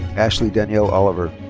ashley danielle oliver.